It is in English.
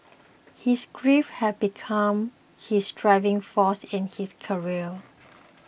his grief had become his driving force in his career